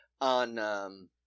on